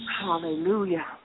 Hallelujah